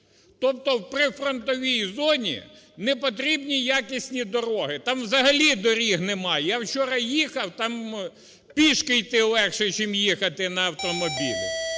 Тобто в прифронтовій зоні непотрібні якісні дороги. Там взагалі доріг немає, я вчора їхав, там пішки йти легше, чим їхати на автомобілі.